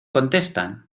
contestan